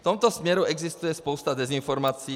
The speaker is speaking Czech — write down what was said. V tomto směru existuje spousta dezinformací.